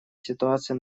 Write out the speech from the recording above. ситуации